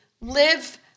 live